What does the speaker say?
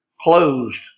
closed